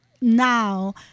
now